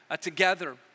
together